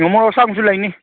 ꯃꯣꯔꯣꯛ ꯑꯁꯥꯡꯕꯁꯨ ꯂꯩꯅꯤ